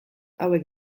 hauek